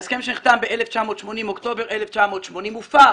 ההסכם שנחתם באוקטובר 1980 הופר